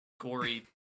gory